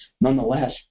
nonetheless